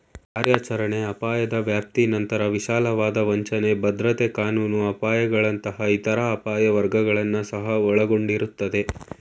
ಕಾರ್ಯಾಚರಣೆ ಅಪಾಯದ ವ್ಯಾಪ್ತಿನಂತ್ರ ವಿಶಾಲವಾದ ವಂಚನೆ, ಭದ್ರತೆ ಕಾನೂನು ಅಪಾಯಗಳಂತಹ ಇತರ ಅಪಾಯ ವರ್ಗಗಳನ್ನ ಸಹ ಒಳಗೊಂಡಿರುತ್ತೆ